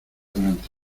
durante